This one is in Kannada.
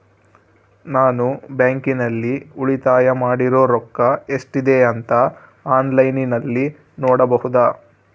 ನಾನು ಬ್ಯಾಂಕಿನಲ್ಲಿ ಉಳಿತಾಯ ಮಾಡಿರೋ ರೊಕ್ಕ ಎಷ್ಟಿದೆ ಅಂತಾ ಆನ್ಲೈನಿನಲ್ಲಿ ನೋಡಬಹುದಾ?